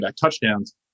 touchdowns